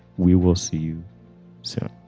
we will see you soon